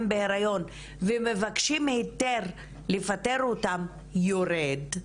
בהיריון ומבקשים היתר לפטר אותן יורד.